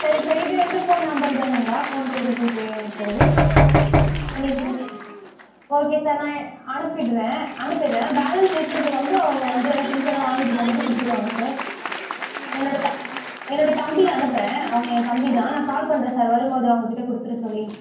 சரிங்க சார் இது இந்த ஃபோன் நம்பரு தானுங்களா ஃபோன்பே கூகுள்பே இருக்கிறது இப்போ நீங்கள் பேசுகிறது ஓகே சார் நான் அனுப்பிட்றேன் அனுப்பிட்றேன் பேலன்ஸ் இருக்கிறது வந்து அவங்க வந்து எல்லா திங்ஸ் எல்லாம் வாங்கிட்டு போவும்போது கொடுத்துருவாங்க சார் என்னோட த என்னோட தம்பியை அனுப்புகிறேன் அவங்க என் தம்பி தான் நான் கால் பண்ணுறேன் சார் வரும்போது அவங்ககிட்ட கொடுத்துட சொல்லி